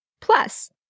Plus